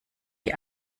die